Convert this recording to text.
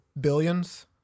billions